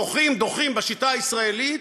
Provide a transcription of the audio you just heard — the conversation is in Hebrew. דוחים ודוחים, בשיטה הישראלית,